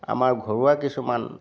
আমাৰ ঘৰুৱা কিছুমান